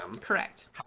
Correct